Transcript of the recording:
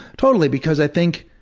totally, because i think